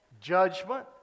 judgment